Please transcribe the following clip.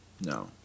no